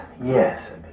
yes